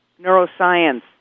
neuroscience